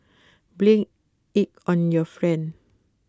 blame IT on your friend